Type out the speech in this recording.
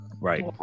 Right